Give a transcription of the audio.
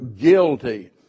guilty